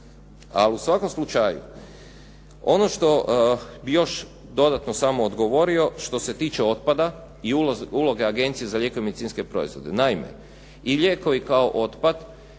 A u svakom slučaju, ono što bi još dodatno samo odgovorio što se tiče otpada i uloge Agencije za lijekove i medicinske proizvode. Naime, i lijekovi kao otpad